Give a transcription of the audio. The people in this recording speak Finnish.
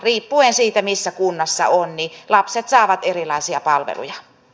riippuen siitä missä kunnassa ovat lapset saavat erilaisia palveluja